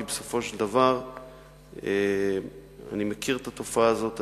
כי בסופו של דבר אני מכיר את התופעה הזאת,